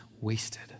wasted